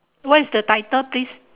what is the title please